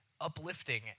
uplifting